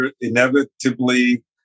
inevitably